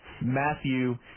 Matthew